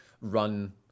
run